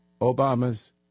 Obama's